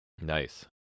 Nice